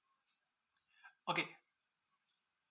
okay